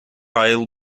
айыл